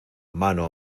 mano